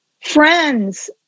friends